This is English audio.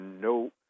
no